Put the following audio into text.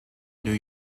new